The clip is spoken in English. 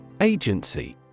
Agency